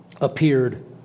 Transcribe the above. appeared